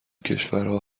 کشورها